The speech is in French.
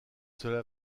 cela